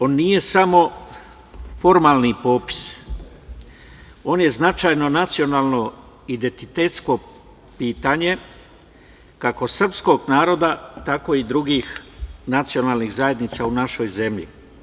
On nije samo formalni popis, on je značajno nacionalno identitetsko pitanje kako srpskog naroda, tako i drugih nacionalnih zajednica u našoj zemlji.